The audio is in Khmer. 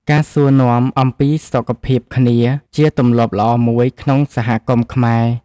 ការសួរនាំអំពីសុខភាពគ្នាជាទម្លាប់ល្អមួយក្នុងសហគមន៍ខ្មែរ។